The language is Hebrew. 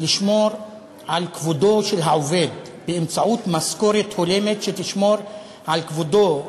לשמור על כבודו של העובד באמצעות משכורת הולמת שתשמור על כבודו,